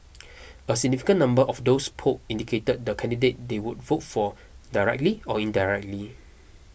a significant number of those polled indicated the candidate they would vote for directly or indirectly